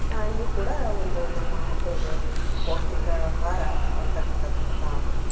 ಆ ಇದು ಕೂಡ ಒಂದು ನಮ್ಮ ಮಕ್ಕಳಿಗೆ ಪೌಷ್ಟಿಕ ಆಹಾರ ಅಂತಕ್ಕಂಥದನ್ನ ನಾವು